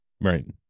Right